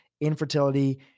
infertility